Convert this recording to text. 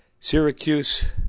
Syracuse